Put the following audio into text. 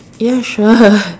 ya sure